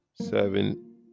seven